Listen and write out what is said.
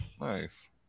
nice